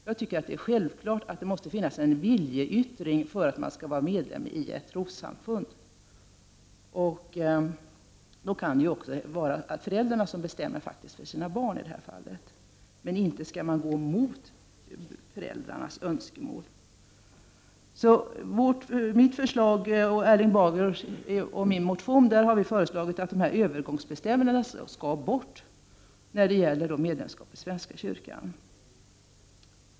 Jag tycker att det självfallet måste till en viljeyttring för att man skall bli medlem i ett trossamfund. Det kan också vara så, som i det här fallet, att föräldrarna bestämmer för sina barn. Men inte skall man gå emot föräldrarnas önskemål! I Erling Bagers och min motion har vi föreslagit att övergångsbestämmelserna skall tas bort när det gäller medlemskap i svenska kyrkan.